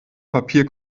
papier